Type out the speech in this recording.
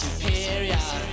Superior